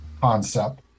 concept